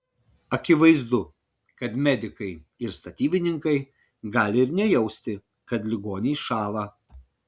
akivaizdu kad medikai ir statybininkai gali ir nejausti kad ligoniai šąla